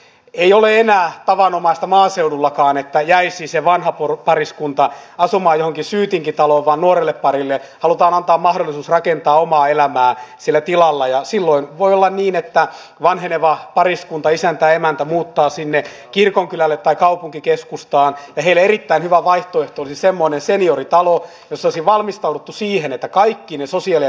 ei ole enää tavanomaista maaseudullakaan että jäisi se vanha pariskunta asumaan johonkin syytinkitaloon vaan nuorelleparille halutaan antaa mahdollisuus rakentaa omaa elämää sillä tilalla ja silloin voi olla niin että vanheneva pariskunta isäntä emäntä muuttaa sinne kirkonkylälle tai kaupunkikeskustaan esille erittäin hyvä vaihtoehto olisi semmoinen senioritalo kysäisi valmistauduttu siihen että kaikkine sosiaali ja